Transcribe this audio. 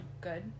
Good